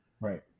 Right